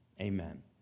Amen